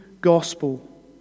gospel